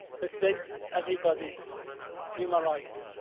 respect everybody's human rights.